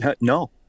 no